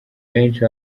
benshi